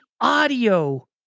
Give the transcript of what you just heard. audio